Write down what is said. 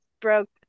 broke